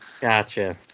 Gotcha